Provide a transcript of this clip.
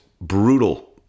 brutal